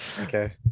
Okay